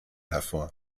hervor